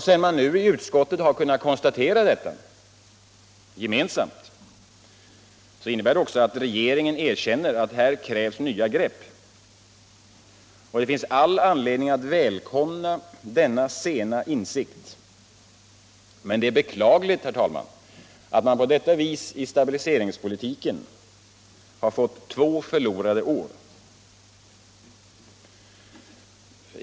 Sedan man nu i utskottet gemensamt har kunnat konstatera detta, innebär det också att regeringen erkänner att här krävs nya grepp. Det finns all anledning att välkomna denna sena insikt, men det är beklagligt, herr talman, att man på detta vis i stabiliseringspolitiken har fått två förlorade år.